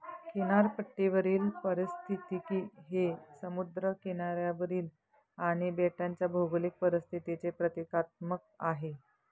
किनारपट्टीवरील पारिस्थितिकी हे समुद्र किनाऱ्यावरील आणि बेटांच्या भौगोलिक परिस्थितीचे प्रतीकात्मक आहे